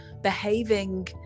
behaving